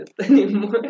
anymore